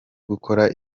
gukora